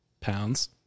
Pounds